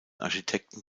architekten